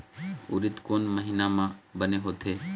उरीद कोन महीना म बने होथे?